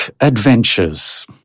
Adventures